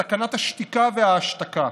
סכנת השתיקה וההשתקה,